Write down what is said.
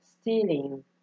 stealing